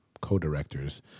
co-directors